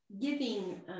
giving